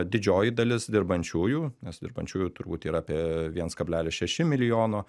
didžioji dalis dirbančiųjų nes dirbančiųjų turbūt yra apie vienas kablelis šeši milijono